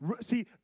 See